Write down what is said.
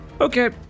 Okay